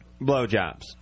blowjobs